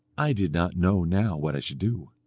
i did not know now what i should do.